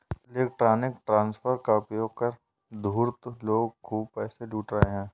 electronic transfer का उपयोग कर धूर्त लोग खूब पैसे लूट रहे हैं